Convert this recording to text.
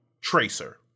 tracer